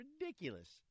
ridiculous